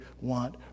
want